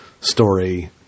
story